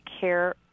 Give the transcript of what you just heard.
care